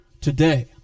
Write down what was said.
today